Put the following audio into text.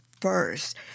first